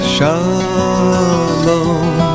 Shalom